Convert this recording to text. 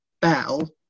bell